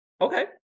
Okay